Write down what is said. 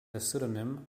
pseudonym